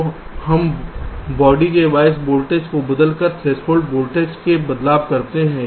तो हम बॉडी के बायस वोल्टेज को बदलकर थ्रेशोल्ड वोल्टेज में बदलाव करते हैं